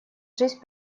жизнь